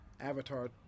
avatar